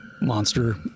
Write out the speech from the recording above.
Monster